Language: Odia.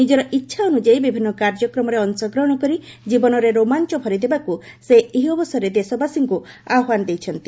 ନିଜର ଇଚ୍ଛା ଅନୁଯାୟୀ ବିଭିନ୍ନ କାର୍ଯ୍ୟକ୍ରମରେ ଅଂଶଗ୍ରହଣ କରି ଜୀବନରେ ରୋମାଞ୍ଚ ଭରିଦେବାକୁ ସେ ଏହି ଅବସରରେ ଦେଶବାସୀଙ୍କୁ ଆହ୍ୱାନ ଦେଇଛନ୍ତି